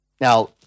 Now